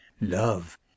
love